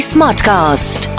Smartcast